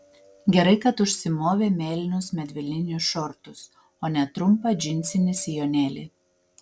gerai kad užsimovė mėlynus medvilninius šortus o ne trumpą džinsinį sijonėlį